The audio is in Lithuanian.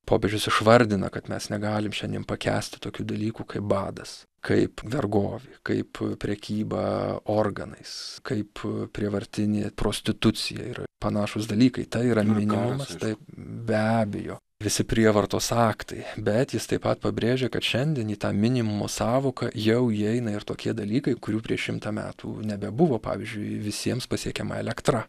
popiežius išvardina kad mes negalim šiandien pakęsti tokių dalykų kaip badas kaip vergovė kaip prekyba organais kaip prievartinė prostitucija ir panašūs dalykai tai yra minimumas taip be abejo visi prievartos aktai bet jis taip pat pabrėžia kad šiandien į tą minimumo sąvoką jau įeina ir tokie dalykai kurių prieš šimtą metų nebebuvo pavyzdžiui visiems pasiekiama elektra